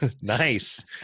Nice